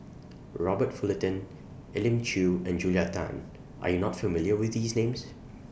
Robert Fullerton Elim Chew and Julia Tan Are YOU not familiar with These Names